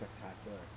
spectacular